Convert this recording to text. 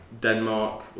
Denmark